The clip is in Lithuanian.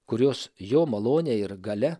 kurios jo malone ir galia